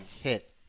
hit